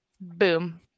Boom